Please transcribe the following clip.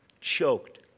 choked